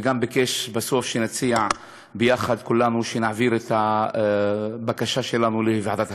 וגם ביקש שבסוף נציע יחד כולנו להעביר את הבקשה שלנו לוועדת הכספים.